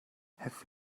have